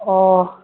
ꯑꯣ